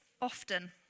often